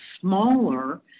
smaller